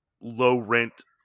low-rent